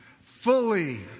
Fully